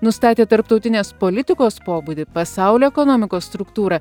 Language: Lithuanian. nustatė tarptautinės politikos pobūdį pasaulio ekonomikos struktūrą